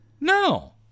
No